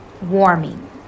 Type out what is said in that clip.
warming